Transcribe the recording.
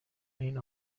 این